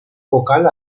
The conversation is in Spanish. vocal